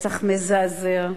רצח מזעזע.